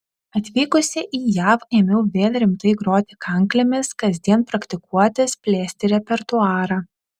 atvykusi į jav ėmiau vėl rimtai groti kanklėmis kasdien praktikuotis plėsti repertuarą